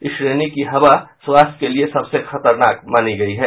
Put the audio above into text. इस श्रेणी की हवा स्वास्थ्य के लिये सबसे खतरनाक मानी गयी है